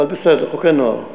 אבל בסדר, חוקרי נוער.